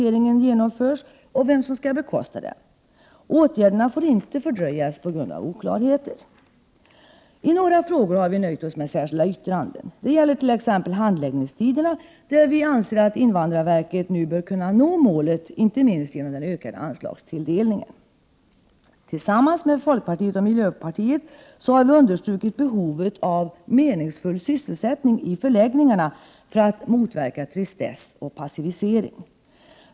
1988/89:107 ringen genomförs och vem som skall bekosta den. Åtgärderna får inte fördröjas på grund av oklarheter. I några frågor har vi nöjt oss med särskilda yttranden. Det gäller t.ex. handläggningstiderna, där vi anser att invandrarverket bör kunna nå målet, inte minst genom den ökade anslagstilldelningen. Tillsammans med folkpartiet och miljöpartiet har vi understrukit behovet av meningsfull sysselsättning i förläggningarna för att motverka tristess och passivisering.